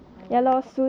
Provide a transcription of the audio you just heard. ah ya